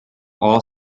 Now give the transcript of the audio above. all